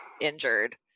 injured